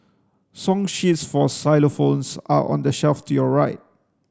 song sheets for xylophones are on the shelf to your right